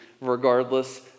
regardless